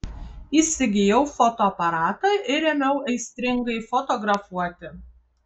įsigijau fotoaparatą ir ėmiau aistringai fotografuoti